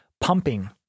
pumping